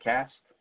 Cast